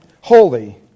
holy